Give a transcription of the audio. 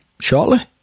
shortly